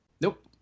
Nope